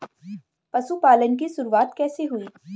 पशुपालन की शुरुआत कैसे हुई?